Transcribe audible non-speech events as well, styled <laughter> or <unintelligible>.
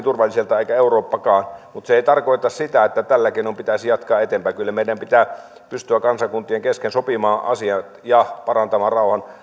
<unintelligible> turvalliselta eikä eurooppakaan mutta se ei tarkoita sitä että tällä keinoin pitäisi jatkaa eteenpäin kyllä meidän pitää pystyä kansakuntien kesken sopimaan asiat ja parantamaan